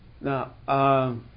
Now